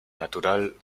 natural